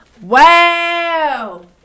wow